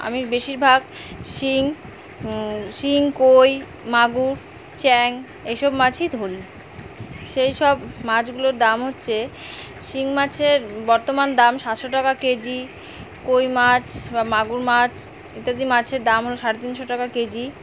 আমি বেশিরভাগ শিঙ্গি শিঙ্গি কই মাগুর চ্যাং এইসব মাছই ধরি সেই সব মাছগুলোর দাম হচ্ছে শিঙ্গি মাছের বর্তমান দাম সাতশো টাকা কেজি কই মাছ বা মাগুর মাছ ইত্যাদি মাছের দাম হল সাড়ে তিনশো টাকা কেজি